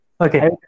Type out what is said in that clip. Okay